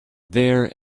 there